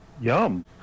Yum